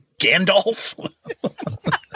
gandalf